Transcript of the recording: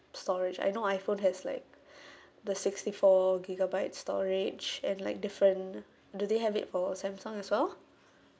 storage I know iphone has like the sixty four gigabyte storage and like different do they have it for samsung also